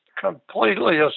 completely